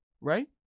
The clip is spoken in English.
Right